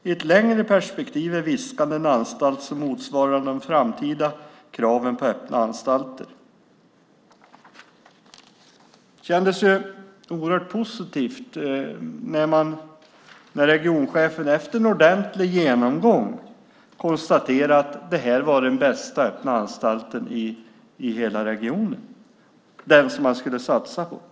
I ett längre perspektiv är Viskan den anstalt som motsvarar de framtida kraven på öppna anstalter. Det kändes oerhört positivt när regionchefen efter en ordentlig genomgång konstaterade att det här var den bästa öppna anstalten i hela regionen, den som man skulle satsa på.